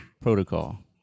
protocol